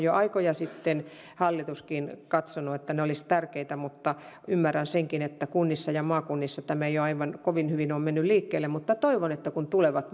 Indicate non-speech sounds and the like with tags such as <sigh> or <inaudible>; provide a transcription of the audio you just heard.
<unintelligible> jo aikoja sitten katsonut että ne olisivat tärkeitä ymmärrän senkin että kunnissa ja maakunnissa tämä ei ole aivan kovin hyvin mennyt liikkeelle mutta toivon että kun tulevat <unintelligible>